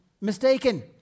mistaken